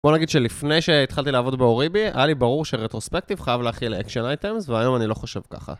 בוא נגיד שלפני שהתחלתי לעבוד באוריבי היה לי ברור שרטרוספקטיב חייב להכיל אקשן אייטמס והיום אני לא חושב ככה